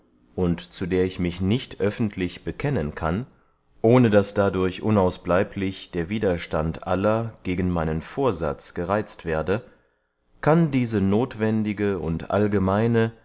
und zu der ich mich nicht öffentlich bekennen kann ohne daß dadurch unausbleiblich der widerstand aller gegen meinen vorsatz gereizt werde kann diese nothwendige und allgemeine